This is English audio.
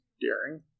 daring